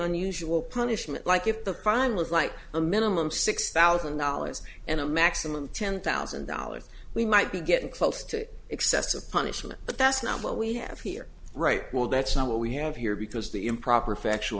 unusual punishment like if the fine was like a minimum six thousand dollars and a maximum of ten thousand dollars we might be getting close to excessive punishment but that's not what we have here right well that's not what we have here because the improper factual